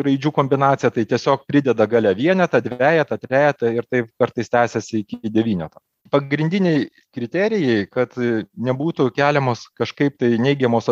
raidžių kombinacija tai tiesiog prideda gale vienetą dvejetą trejetą ir taip kartais tęsiasi iki devyneto pagrindiniai kriterijai kad nebūtų keliamos kažkaip tai neigiamos